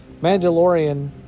Mandalorian